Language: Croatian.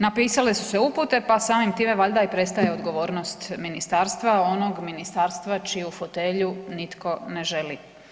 Napisale su se upute pa samim time valjda i prestaje odgovornost Ministarstva, onog Ministarstva čiju fotelju nitko ne želi.